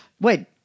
Wait